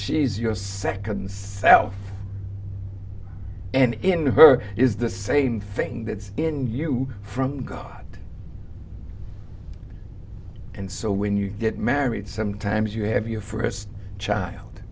is your second self and in her is the same thing that's in you from god and so when you get married sometimes you have your first child